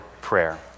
prayer